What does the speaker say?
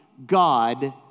God